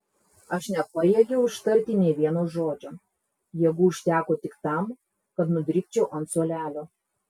aš nepajėgiau ištarti nė vieno žodžio jėgų užteko tik tam kad nudribčiau ant suolelio